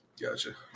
Gotcha